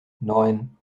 neun